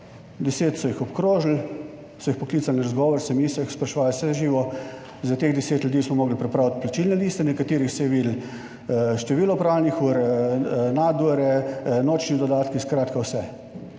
10 so jih obkrožili, so jih poklicali na razgovor, se mi, so jih spraševali vse živo, za teh 10 ljudi smo morali pripraviti plačilne liste, na katerih se je videlo število opravljenih ur, nadure, nočni dodatki, skratka vse